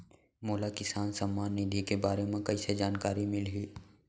मोला किसान सम्मान निधि के बारे म कइसे जानकारी मिलही?